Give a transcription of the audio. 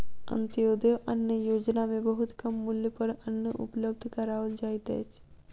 अन्त्योदय अन्न योजना में बहुत कम मूल्य पर अन्न उपलब्ध कराओल जाइत अछि